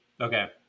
okay